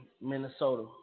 Minnesota